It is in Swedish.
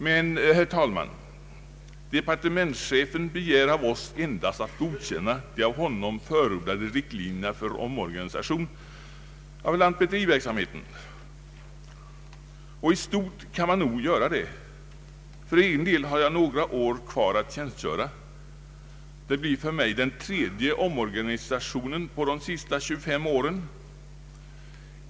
Men, herr talman, departementschefen begär av oss endast att godkänna de av honom förordade riktlinjerna för omorganisation av lantmäteriverksamheten, och i stort kan vi nog göra det. För egen del har jag några år kvar att tjänstgöra. Det blir den tredje omorganisationen på de senaste 25 åren.